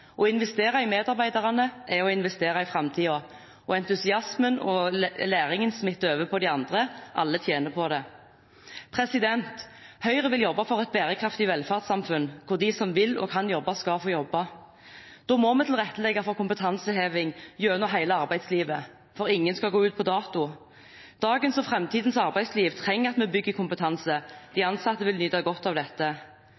Å investere i medarbeiderne er å investere i framtiden, og entusiasmen og læringen smitter over på de andre. Alle tjener på det. Høyre vil jobbe for et bærekraftig velferdssamfunn, hvor de som vil og kan jobbe, skal få jobbe. Da må vi tilrettelegge for kompetanseheving gjennom hele arbeidslivet, for ingen skal gå ut på dato. Dagens og framtidens arbeidsliv trenger at vi bygger kompetanse, de